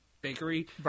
bakery